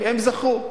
הם זכו.